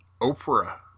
Oprah